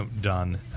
done